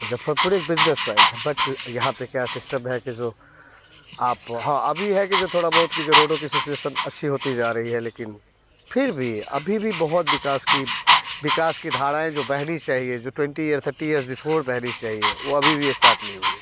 मुज़फ़्फ़रपुर एक business point है but यहाँ पर क्या सिस्टम है कि जो आप हाँ अभी है कि जो थोड़ा बहुत कि जो रोडों की सिचुएशन अच्छी होती जा रही है लेकिन फिर भी अभी भी बहुत विकास की विकास की धाराएँ जो बहनी चाहिए जो twenty year thirty years before बहनी चाहिए वह अभी भी इस्टार्ट नहीं हुई है